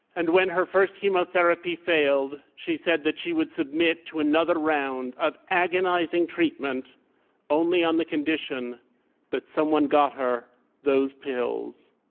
and when her first chemotherapy failed, she said that she would submit to another round of agonizing treatment only on the condition that someone got her those pill s.